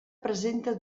presenta